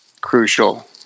crucial